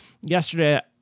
yesterday